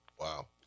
Wow